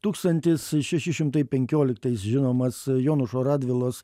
tūkstantis šeši šimtai penkioliktais žinomas jonušo radvilos